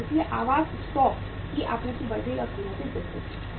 इसलिए आवास स्टॉक की आपूर्ति बढ़ गई और कीमतें गिर गईं